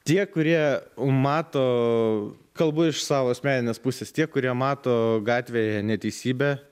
tie kurie mato kalbu iš savo asmeninės pusės tie kurie mato gatvėje neteisybę